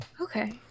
okay